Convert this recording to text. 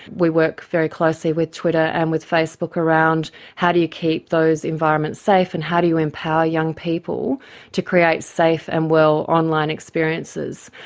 we work very closely with twitter and with facebook around how do you keep those environments safe and how do you empower young people to create safe and well online experiences.